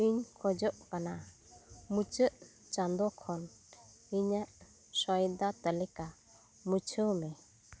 ᱤᱧ ᱠᱷᱚᱡᱚᱜ ᱠᱟᱱᱟ ᱢᱩᱪᱟᱹᱫ ᱪᱟᱸᱫᱚ ᱠᱷᱚᱱ ᱤᱧᱟᱹᱜ ᱥᱚᱭᱫᱟ ᱛᱟᱹᱞᱤᱠᱟ ᱢᱩᱪᱷᱟᱹᱣ ᱢᱮ